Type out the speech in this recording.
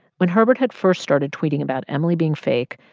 when herbert had first started tweeting about emily being fake,